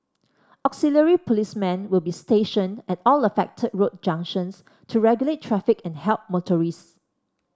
auxiliary policemen will be stationed at all affected road junctions to regulate traffic and help motorists